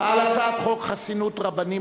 על הצעת חוק חסינות רבנים,